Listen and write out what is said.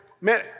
Man